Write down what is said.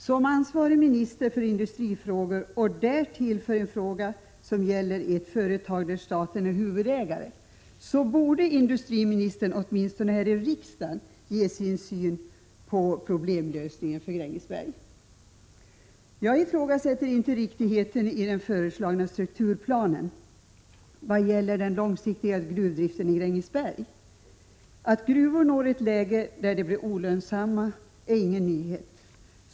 Som ansvarig minister för industrifrågor, och därtill för en fråga som gäller ett företag där staten är huvudägare, borde industriministern åtminstone här i riksdagen ge sin syn på problemlösningen för Grängesberg. Jag ifrågasätter inte riktigheten i den föreslagna strukturplanen vad gäller den långsiktiga gruvdriften i Grängesberg. Att gruvor når ett läge där de blir olönsamma är ingen nyhet.